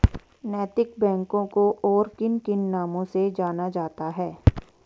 नैतिक बैंकों को और किन किन नामों से जाना जाता है?